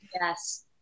Yes